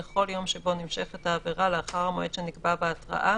לכל יום שבו נמשכת העבירה לאחר המועד שנקבע בהתראה